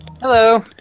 Hello